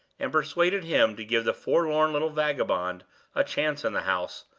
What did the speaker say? and persuaded him to give the forlorn little vagabond a chance in the house,